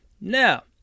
now